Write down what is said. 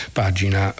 pagina